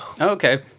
Okay